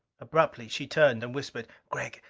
abruptly she turned and whispered, gregg,